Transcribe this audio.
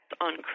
on